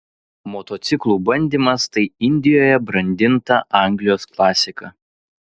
motociklų bandymas tai indijoje brandinta anglijos klasika